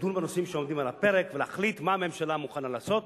לדון בנושאים שעומדים על הפרק ולהחליט מה הממשלה מוכנה לעשות